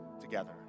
together